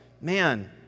man